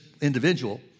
individual